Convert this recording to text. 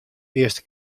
earste